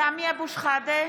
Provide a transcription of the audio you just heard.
סמי אבו שחאדה,